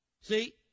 See